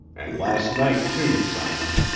and last night, too, simon.